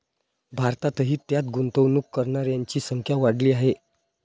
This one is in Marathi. भारतातही त्यात गुंतवणूक करणाऱ्यांची संख्या वाढली आहे